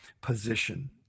position